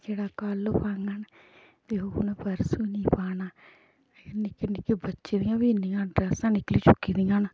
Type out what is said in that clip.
जेह्ड़ा कल ओह् पाह्गङ ते ओह् उन्नै परसूं नी पाना एह् निक्के निक्के बच्चें बी इन्नियां ड्रैस्सां निकली चुकी दियां न